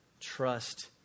Trust